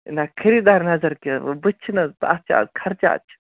نہ خریدار نظر کیٛاہ گوٚو بٕتھِ چھنہٕ حظ اَتھ چھِ آز خرچاتھ چھِ